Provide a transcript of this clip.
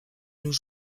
nos